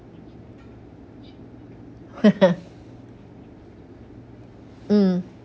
mm